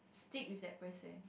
think with that person